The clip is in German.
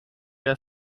der